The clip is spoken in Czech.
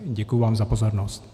Děkuji vám za pozornost.